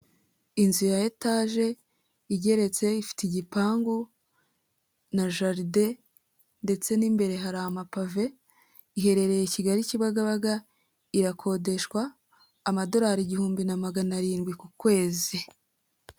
Inzu ya etaje igeretse ifite igipangu na jaride ndetse n'imbere hari amapave, iherereye Kigali Kibagabaga irakodeshwa amadorari igihumbi na magana arindwi ku kwezi.